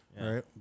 right